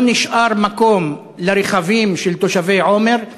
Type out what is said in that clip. לא נשאר מקום לרכבים של תושבי עומר,